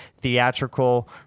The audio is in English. theatrical